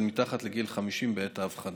הן מתחת לגיל 50 בעת האבחנה.